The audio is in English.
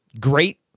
great